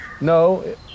No